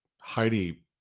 Heidi